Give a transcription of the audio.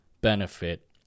benefit